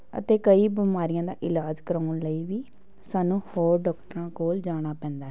ਅਤੇ ਕਈ ਬਿਮਾਰੀਆਂ ਦਾ ਇਲਾਜ ਕਰਵਾਉਣ ਲਈ ਵੀ ਸਾਨੂੰ ਹੋਰ ਡਾਕਟਰਾਂ ਕੋਲ ਜਾਣਾ ਪੈਂਦਾ ਹੈ